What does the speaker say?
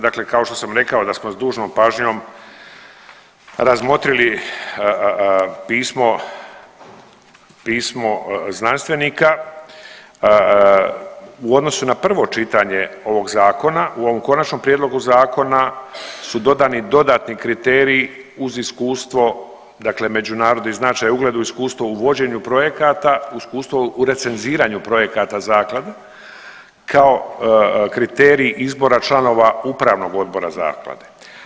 Dakle, kao što sam rekao da smo s dužnom pažnjom razmotrili pismo, pismo znanstvenika u odnosu na prvo čitanje ovog zakona u ovom konačnom prijedlogu zakona su dodani dodatni kriteriji uz iskustvo dakle međunarodni značaj u ugledu iskustvo u vođenju projekata, iskustvo u recenziranju projekata zaklade kao kriterij izbora članova upravnog odbora zaklade.